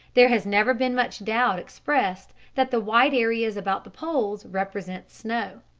there has never been much doubt expressed that the white areas about the poles represent snow.